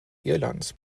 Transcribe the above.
irlands